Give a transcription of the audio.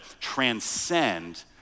transcend